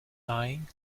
lying